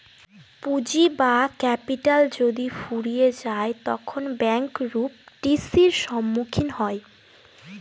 পুঁজি বা ক্যাপিটাল যদি ফুরিয়ে যায় তখন ব্যাঙ্ক রূপ টি.সির সম্মুখীন হয়